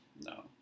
No